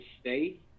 stay